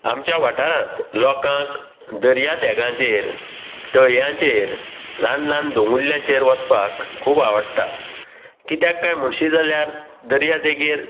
आमच्या वाठारांत लोकांक दर्या देगांचेर तळ्यांचेर ल्हान ल्हान दोंगुल्ल्यांचेर वचपाक खूब आवडटा कित्याक काय म्हणशी जाल्यार दर्यादेगेर